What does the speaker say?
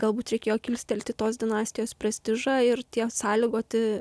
galbūt reikėjo kilstelti tos dinastijos prestižą ir tie sąlygoti